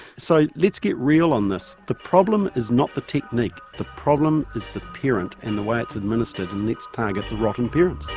so let's get real on this. the problem is not the technique, the problem is the parent and the way it's administered, and let's target the rotten parents.